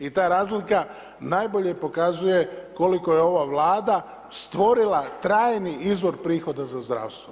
I ta razlika najbolje pokazuje koliko je ova Vlada stvorila trajni izvor prihoda za zdravstvo.